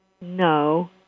no